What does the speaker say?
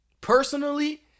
personally